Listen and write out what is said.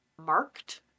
marked